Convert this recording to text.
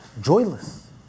joyless